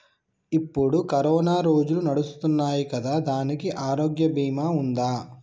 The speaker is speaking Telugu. ఇప్పుడు కరోనా రోజులు నడుస్తున్నాయి కదా, దానికి ఆరోగ్య బీమా ఉందా?